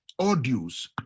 audios